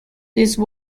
these